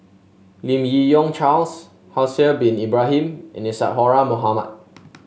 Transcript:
Lim Yi Yong Charles Haslir Bin Ibrahim and Isadhora Mohamed